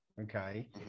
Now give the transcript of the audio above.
okay